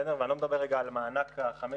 ואני לא מדבר על מענק ה-500,